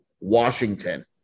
Washington